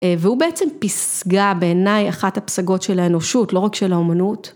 והוא בעצם פסגה בעיניי אחת הפסגות של האנושות, לא רק של האמנות.